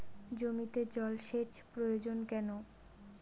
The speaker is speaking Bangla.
জমিতে জল সেচ প্রয়োজন কেন?